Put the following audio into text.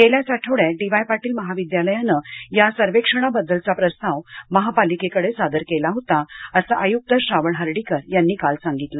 गेल्याच आठवड्यात D Y Patil महाविद्यालयांनं या सर्वेक्षणाबद्दलचा प्रस्ताव महापालिकेकडं सादर केला होता असं आयुक्त श्रावण हर्डीकर यांनी काल सांगितलं